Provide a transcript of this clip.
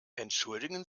entschuldigen